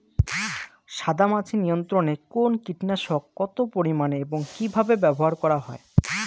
সাদামাছি নিয়ন্ত্রণে কোন কীটনাশক কত পরিমাণে এবং কীভাবে ব্যবহার করা হয়?